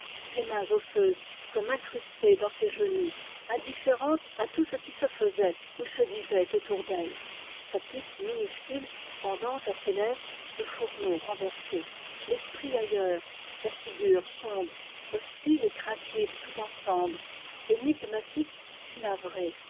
ses mains osseuses comme incrustées dans ses genoux indifférente à tout ce qui se faisait ou se disait autour d'elle sa pipe minuscule pendant à ses lèvres le fourneau renversé l'esprit ailleurs la figure sombre hostile et craintive tout ensemble énigmatique et navrée